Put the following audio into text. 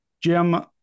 Jim